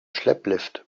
schlepplift